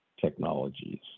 Technologies